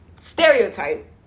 stereotype